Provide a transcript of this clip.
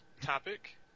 Topic